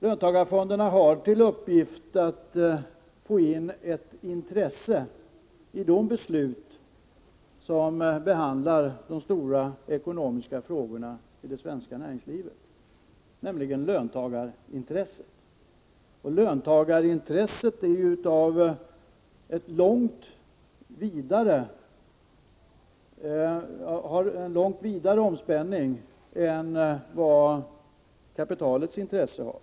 Löntagarfonderna har till uppgift att i de beslut som behandlar de stora ekonomiska frågorna i det svenska näringslivet föra in ett intresse, nämligen löntagarintresset. Löntagarintresset spänner över ett långt vidare område än vad kapitalets intresse gör.